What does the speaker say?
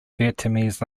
vietnamese